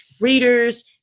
readers